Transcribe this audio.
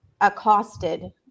accosted